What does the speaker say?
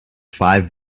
five